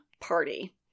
party